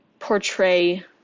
portray